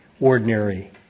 ordinary